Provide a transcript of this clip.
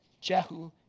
Jehu